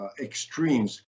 extremes